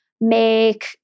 make